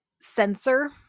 sensor